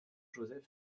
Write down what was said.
joseph